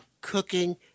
cooking